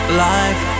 life